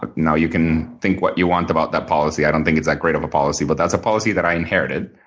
but now you can think what you want about that policy. i don't think it's that great of a policy, but that's a policy that i inherited.